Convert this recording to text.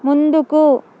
ముందుకు